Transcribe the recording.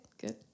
good